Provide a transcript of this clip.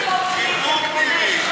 חיבוקי.